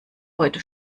heute